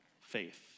faith